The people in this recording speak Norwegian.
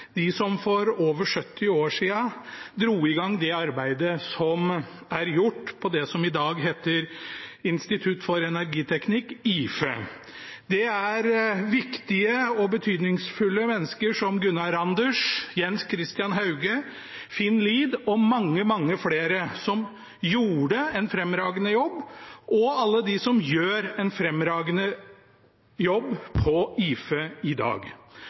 som for over 70 år siden dro i gang det arbeidet som er gjort på det som i dag heter Institutt for energiteknikk, IFE – viktige og betydningsfulle mennesker, som Gunnar Randers, Jens Christian Hauge, Finn Lied og mange, mange flere, som gjorde en fremragende jobb – og alle dem som gjør en fremragende jobb på IFE i dag,